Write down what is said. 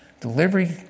Delivery